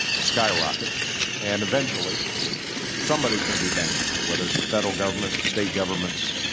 skyrocket and eventually somebody is going to be bankrupt, whether it's the federal government, state governments,